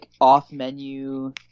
off-menu